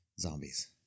Zombies